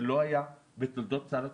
זה לא היה בתולדות סל התרופות,